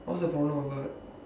what's the problem about